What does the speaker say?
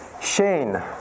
Shane